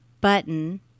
button